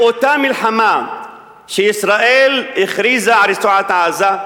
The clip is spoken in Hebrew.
באותה מלחמה שישראל הכריזה על רצועת-עזה,